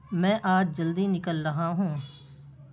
میں آج جلدی نکل رہا ہوں